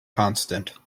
constant